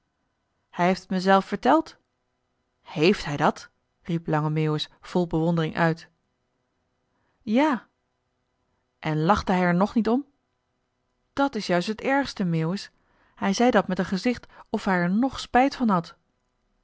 hij heeft t mij zelf verteld heeft hij dat riep lange meeuwis vol bewondering uit ja en lachte hij er nog niet om dàt is juist het ergste meeuwis hij zei dat met een gezicht of hij er ng spijt van had